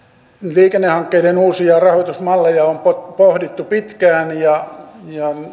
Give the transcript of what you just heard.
liikennehankkeiden uusia rahoitusmalleja on pohdittu pitkään ja